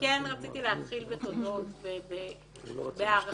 שרציתי להתחיל בתודות והערכה.